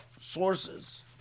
sources